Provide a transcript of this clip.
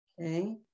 Okay